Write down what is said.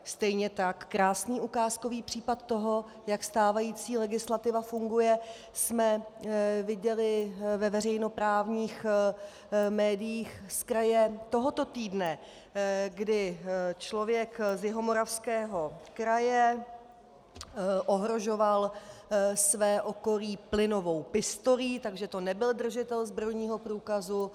Stejně tak krásný ukázkový příklad toho, jak stávající legislativa funguje, jsme viděli ve veřejnoprávních médiích zkraje tohoto týdne, kdy člověk z Jihomoravského kraje ohrožoval své okolí plynovou pistolí takže to nebyl držitel zbrojního průkazu.